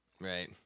right